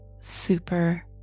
super